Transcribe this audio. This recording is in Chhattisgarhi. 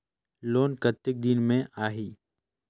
लोन कतेक दिन मे आही?